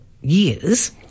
years